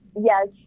Yes